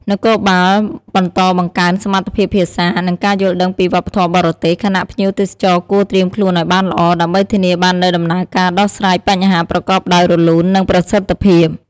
នគរបាលបន្តបង្កើនសមត្ថភាពភាសា និងការយល់ដឹងពីវប្បធម៌បរទេស ខណៈភ្ញៀវទេសចរគួរត្រៀមខ្លួនឲ្យបានល្អ ដើម្បីធានាបាននូវដំណើរការដោះស្រាយបញ្ហាប្រកបដោយរលូន និងប្រសិទ្ធភាព។